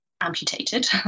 amputated